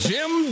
Jim